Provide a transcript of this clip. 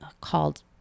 called